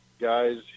guys